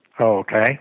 Okay